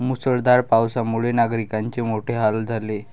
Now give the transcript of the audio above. मुसळधार पावसामुळे नागरिकांचे मोठे हाल झाले